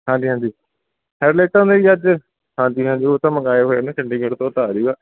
ਹਾਂਜੀ ਹਾਂਜੀ ਹੈੱਡਲਈਟਾਂ ਦਾ ਜੀ ਅੱਜ ਹਾਂਜੀ ਹਾਂਜੀ ਉਹ ਤਾਂ ਮੰਗਵਾਏ ਹੋਏ ਨੇ ਚੰਡੀਗੜ੍ਹ ਤੋਂ ਤਾਂ ਆ ਜਾਊਗਾ